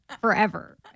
forever